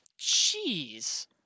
Jeez